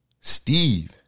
Steve